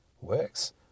works